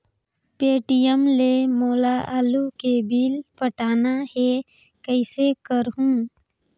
Paytm ले मोला आलू के बिल पटाना हे, कइसे करहुँ?